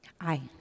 Aye